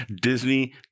Disney